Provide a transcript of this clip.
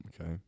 Okay